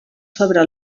sobre